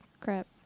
crap